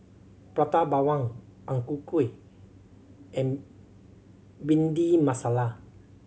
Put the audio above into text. Prata Bawang Ang Ku Kueh and Bhindi Masala